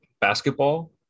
Basketball